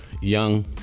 young